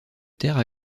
terre